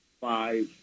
five